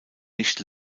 nicht